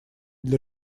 для